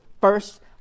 first